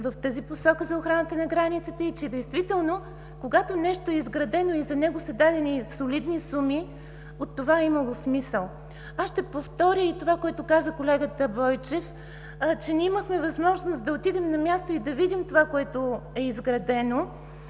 в тази посока за охраната на границата и че действително, когато нещо е изградено и за него са дадени солидни суми, от това е имало смисъл. Аз ще повторя и това, което каза колегата Бойчев, че ние имахме възможност да отидем на място и да видим това, което е изградено.